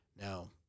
Now